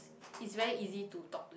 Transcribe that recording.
it's very easy to talk to you